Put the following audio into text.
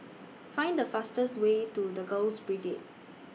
Find The fastest Way to The Girls Brigade